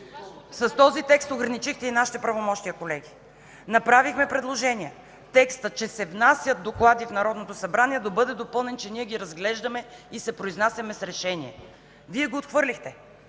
с този текст ограничихте и нашите правомощия, колеги. Направихме предложение – текстът „че се внасят доклади в Народното събрание” да бъде допълнен, че ние ги разглеждаме и се произнасяме с решение. Вие го отхвърлихте.